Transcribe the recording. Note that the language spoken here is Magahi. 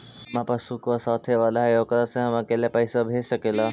हमार पासबुकवा साथे वाला है ओकरा से हम अकेले पैसावा भेज सकलेहा?